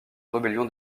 rébellion